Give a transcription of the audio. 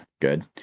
good